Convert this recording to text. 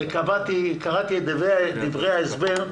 וקראתי את דברי ההסבר,